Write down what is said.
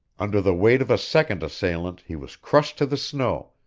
under the weight of a second assailant he was crushed to the snow,